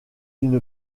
une